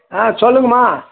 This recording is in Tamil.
ஆ சொல்லுங்கம்மா